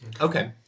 Okay